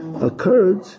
occurred